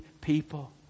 people